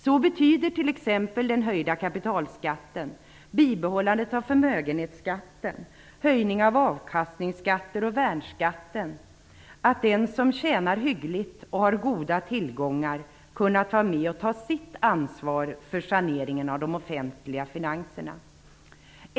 Så betyder t.ex. den höjda kapitalskatten, bibehållandet av förmögenhetsskatten, höjningen av avkastningsskatter och värnskatten att den som tjänar hyggligt och har goda tillgångar kunnat vara med och ta sitt ansvar för saneringen av de offentliga finanserna.